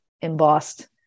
embossed